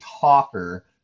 talker